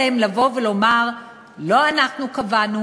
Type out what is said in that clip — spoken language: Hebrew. של דבר כולם יתפכחו ממנה וזה יהיה מאוחר מדי,